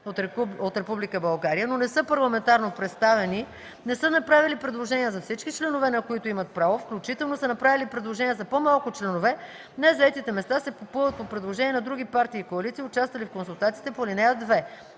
но не са парламентарно представени, не са направили предложения за всички членове, на които имат право, включително са направили предложения за по-малко членове, незаетите места се попълват по предложение на други партии и коалиции, участвали в консултациите по ал. 2.